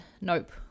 nope